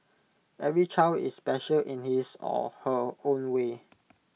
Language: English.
every child is special in his or her own way